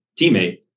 teammate